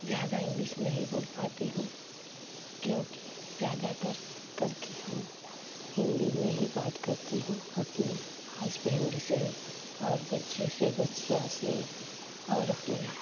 ज़्यादा इंग्लिस नहीं बोल पाती हूँ क्योंकि ज़्यादातर करके हम हिन्दी में ही बात करती हूँ अपने हसबेंड से और बच्चे से बच्चियाँ से और अपने